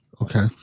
Okay